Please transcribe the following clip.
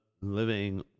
Living